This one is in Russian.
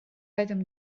этом